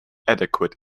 adequate